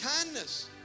kindness